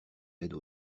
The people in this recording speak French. aides